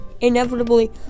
inevitably